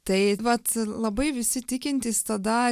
tai vat labai visi tikintys tada